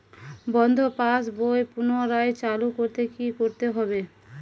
বন্ধ পাশ বই পুনরায় চালু করতে কি করতে হবে?